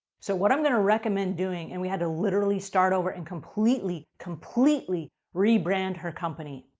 so, what i'm going to recommend doing, and we had to literally start over and completely, completely rebrand her company.